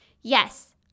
Yes